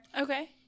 Okay